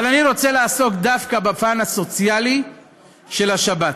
אבל אני רוצה לעסוק דווקא בפן הסוציאלי של השבת,